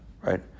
right